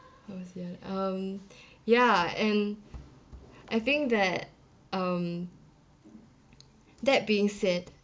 how to say ah um ya and I think that um that being said